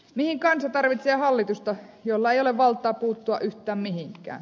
mihin kansa tarvitsee hallitusta jolla ei ole valtaa puuttua yhtään mihinkään